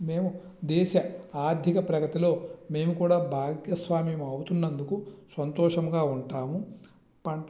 మేము దేశ ఆర్ధిక ప్రగతిలో మేము కూడా భాగస్వామ్యం అవుతున్నందుకు సంతోషముగా ఉంటాము పంట